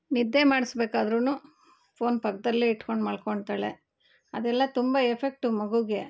ನಿದ್ದೆ ಮಾಡಿಸ್ಬೇಕಾದ್ರೂ ಫೋನ್ ಪಕ್ದಲ್ಲೇ ಇಟ್ಕೊಂಡು ಮಲ್ಕೊತಾಳೆ ಅದೆಲ್ಲ ತುಂಬ ಎಫೆಕ್ಟ್ ಮಗುಗೆ